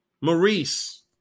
Maurice